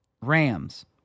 Rams